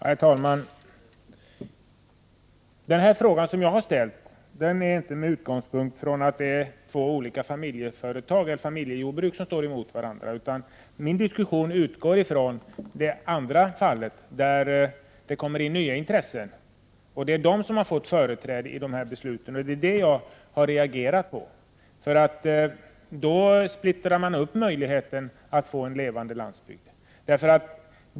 Herr talman! Jag har inte ställt min fråga med utgångspunkt i att det är två olika familjejordbruk som står mot varandra, utan min fråga utgår från det andra fallet, där andra intressenter har kommit in och fått företräde när besluten har fattats. Det är detta jag har reagerat mot. På det sättet försämras möjligheterna att få en levande landsbygd.